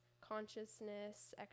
consciousness